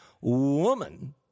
woman